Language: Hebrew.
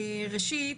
ראשית,